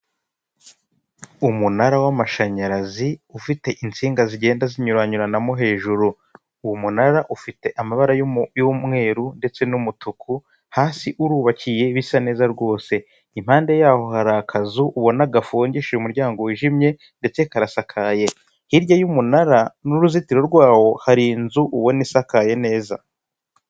Umunara w'amashanyarazi ufite insinga zigenda zinyuranyuranamo hejuru umunara ufite amabara y'umweru ndetse n'umutuku hasi urubakiye bisa neza rwose, impande yaho hari akazu ubona gafungishije umuryango wijimye ndetse karasakaye hirya y'umunara ni uruzitiro rwabo hari inzu ubona isakaye neza.